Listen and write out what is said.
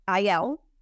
IL